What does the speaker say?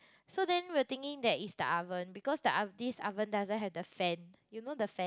so then we were thinking that is the oven because the ov~ this oven doesn't have the fan you know the fan